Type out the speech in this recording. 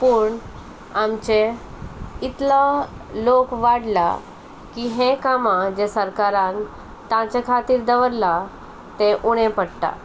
पूण आमचे इतलो लोक वाडला की हे कामां जें सरकारान तांचे खातीर दवरलां तें उणें पडटा